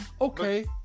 Okay